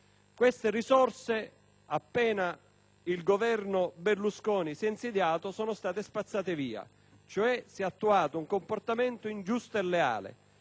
Queste risorse, appena il Governo Berlusconi si è insediato, sono state spazzate via. Si è cioè attuato un comportamento ingiusto e illeale